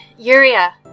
Yuria